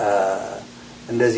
up and then